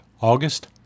August